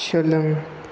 सोलों